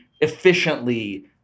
efficiently